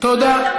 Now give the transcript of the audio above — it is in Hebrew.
תודה.